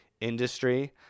industry